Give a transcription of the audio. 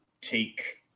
take